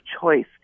choice